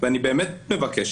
אני באמת מבקש